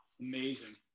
Amazing